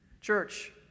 Church